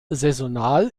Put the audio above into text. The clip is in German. saisonal